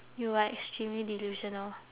you are extremely delusional